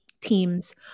teams